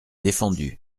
défendu